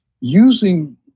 using